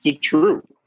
true